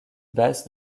basse